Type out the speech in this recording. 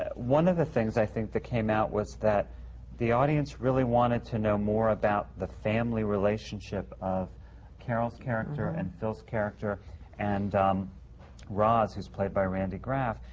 ah one of the things, i think, that came out was that the audience really wanted to know more about the family relationship of carol's character and phil's character and roz, who's played by randy graaf.